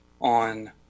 on